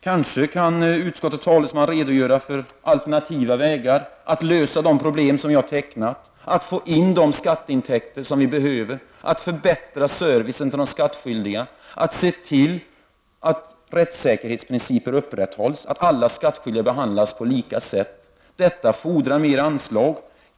Kanske kan utskottets talesman redogöra för alternativa vägar att lösa de problem som jag har tecknat, att få in de skatteintäker som behövs, att förbättra servicen till de skattskyldiga, att se till att rättssäkerhetsprinciper upprätthålls och att alla skattskyldiga behandlas på lika sätt. Detta fordrar mer anslag.